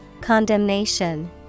Condemnation